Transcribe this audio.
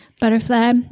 butterfly